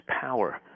power